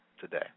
today